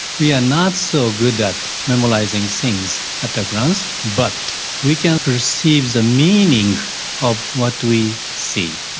we are not so good at memorising things at a glance, but we can perceive the meaning of what we see.